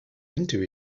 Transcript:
into